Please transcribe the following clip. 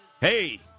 hey